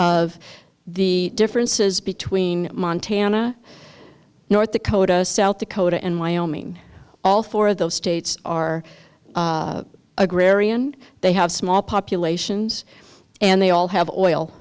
of the differences between montana north dakota south dakota and wyoming all four of those states are agrarian they have small populations and they all have